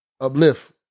uplift